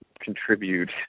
contribute